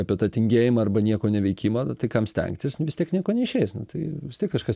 apie tą tingėjimą arba nieko neveikimą tai kam stengtis vis tiek nieko neišeis tai vis tiek kažkas